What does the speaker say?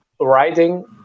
writing